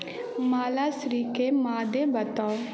माला श्रीक मादे बताउ